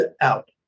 out